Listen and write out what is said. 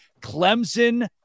Clemson